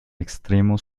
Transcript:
extremo